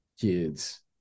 kids